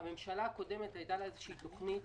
לממשלה הקודמת הייתה תוכנית